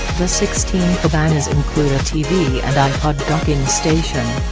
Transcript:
the sixteen cabanas include a tv and ipod docking station,